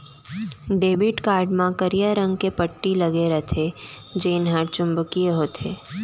debit card म करिया रंग के पट्टी लगे रथे जेन हर चुंबकीय होथे